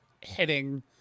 hitting